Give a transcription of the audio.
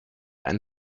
ein